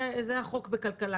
זה החוק בכלכלה,